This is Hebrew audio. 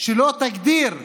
שלא תגדיר,